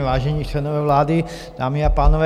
Vážení členové vlády, dámy a pánové.